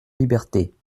liberté